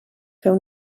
feu